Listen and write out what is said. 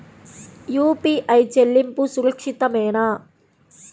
UPI చెల్లింపు సురక్షితమేనా?